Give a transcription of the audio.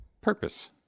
purpose